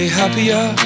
happier